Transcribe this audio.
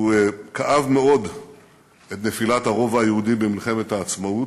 הוא כאב מאוד את נפילת הרובע היהודי במלחמת העצמאות,